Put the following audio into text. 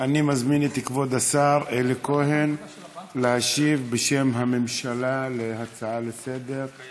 אני מזמין את כבוד השר אלי כהן להשיב בשם הממשלה על הצעה לסדר-היום